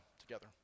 together